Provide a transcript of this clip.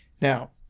Now